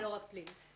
לא רק בפלילי.